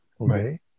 okay